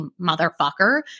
motherfucker